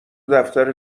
دفتر